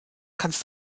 kannst